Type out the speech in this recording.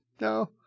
No